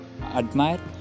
admire